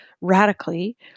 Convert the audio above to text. radically